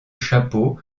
chapeau